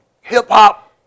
hip-hop